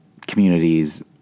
communities